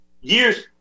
years